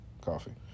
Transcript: coffee